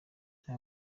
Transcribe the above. reba